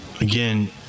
again